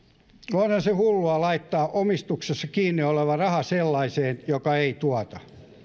onhan se hullua laittaa omistuksessa kiinni oleva raha sellaiseen joka ei tuota